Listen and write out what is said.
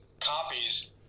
copies